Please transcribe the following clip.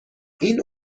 این